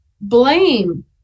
Blame